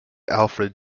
alfred